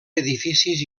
edificis